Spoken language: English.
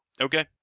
Okay